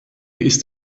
ist